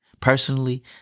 Personally